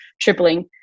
tripling